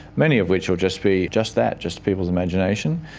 many of which will just be just that, just people's imagination,